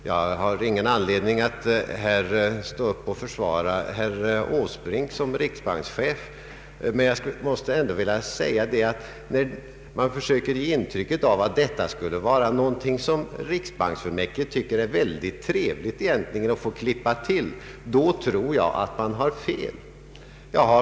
Jag har ingen anledning att här stå upp och försvara herr Åsbrink som riksbankschef, men när man försöker ge intryck av att någon i riksbanksfullmäktige skulle tycka att det var trevligt att så här få ”klippa till”, då tror jag att man har fel.